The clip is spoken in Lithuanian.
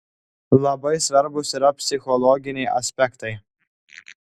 labai svarbūs yra psichologiniai aspektai